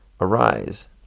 Arise